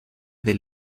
del